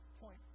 point